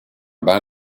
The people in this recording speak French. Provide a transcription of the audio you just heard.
bain